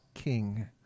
king